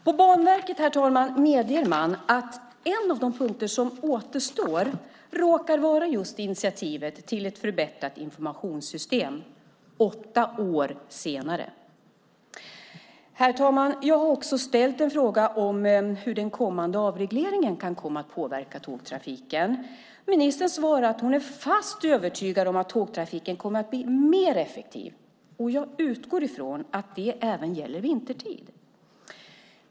På Banverket, herr talman, medger man att en av de punkter som återstår råkar vara just initiativet till ett förbättrat informationssystem - åtta år senare. Herr talman! Jag har också ställt en fråga om hur den kommande avregleringen kan komma att påverka tågtrafiken. Ministern svarar att hon är fast övertygad om att tågtrafiken kommer att bli mer effektiv, och jag utgår ifrån att det även gäller vintertid.